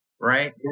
Right